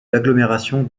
l’agglomération